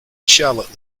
charlotte